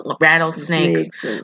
rattlesnakes